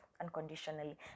unconditionally